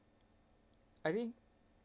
I think